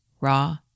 raw